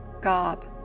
Gob